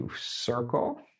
circle